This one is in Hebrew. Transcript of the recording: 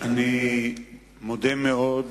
אני מודה מאוד